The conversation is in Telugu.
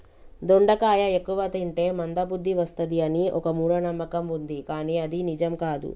దొండకాయ ఎక్కువ తింటే మంద బుద్ది వస్తది అని ఒక మూఢ నమ్మకం వుంది కానీ అది నిజం కాదు